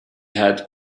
had